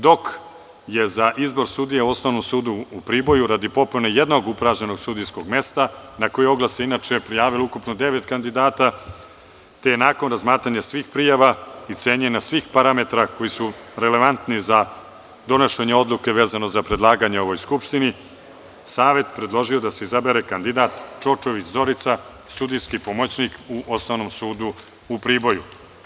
Dok je za izbor sudija u Osnovnom sudu u Priboju radi popune jednog upražnjenog sudijskog mesta na koje oglas se prijavilo inače 9 kandidata, te nakon razmatranja svih prijava i cenjena svih parametra koji su relevantni za donošenje odluke vezano za predlaganje ovoj Skupštini savet predložio da se izabere kandidat Čočović Zorica, sudijski pomoćnik u Osnovnom sudu u Priboju.